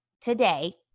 today